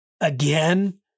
again